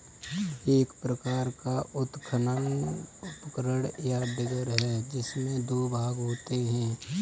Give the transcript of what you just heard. एक प्रकार का उत्खनन उपकरण, या डिगर है, जिसमें दो भाग होते है